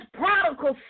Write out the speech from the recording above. prodigal